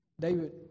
David